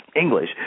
English